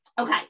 Okay